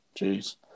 jeez